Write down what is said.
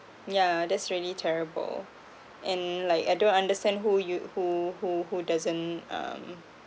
yeah that's really terrible and like I don't understand who you who who who doesn't um